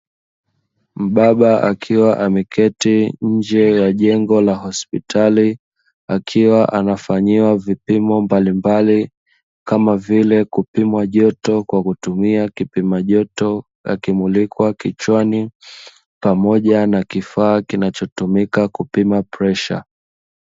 Mbaba akiwa ameketi nje ya jengo la hospitali, akiwa anafanyiwa vipimo mbalimbali kama vile kupimwa joto kwa kutumia kipima joto, akimulikwa kichwani pamoja na kifaa kinachotumika kupima presha.